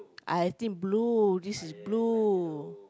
I think blue this is blue